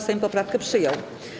Sejm poprawkę przyjął.